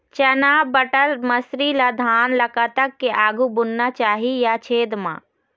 चना बटर मसरी ला धान ला कतक के आघु बुनना चाही या छेद मां?